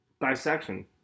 dissection